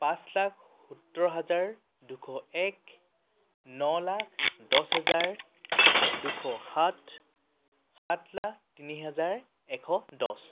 পাঁচ লাখ সত্তৰ হাজাৰ দুশ এক ন লাখ দছ হেজাৰ দুশ সাত সাত লাখ তিনি হেজাৰ এশ দছ